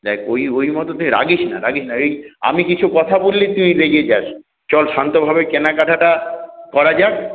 দেখ ওই ওই রাগিস না রাগিস না এই আমি কিছু কথা বললেই তুই রেগে যাস চল শান্তভাবে কেনাকাটাটা করা যাক